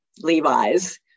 Levi's